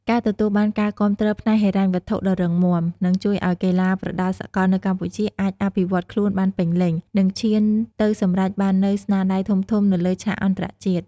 ការទទួលបានការគាំទ្រផ្នែកហិរញ្ញវត្ថុដ៏រឹងមាំ នឹងជួយឲ្យកីឡាប្រដាល់សកលនៅកម្ពុជាអាចអភិវឌ្ឍខ្លួនបានពេញលេញ និងឈានទៅសម្រេចបាននូវស្នាដៃធំៗនៅលើឆាកអន្តរជាតិ។